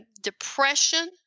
depression